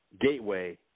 gateway